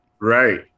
Right